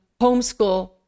homeschool